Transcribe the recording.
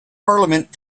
parliament